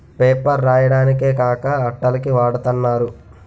paper రాయడానికే కాక అట్టల కి వాడతన్నారు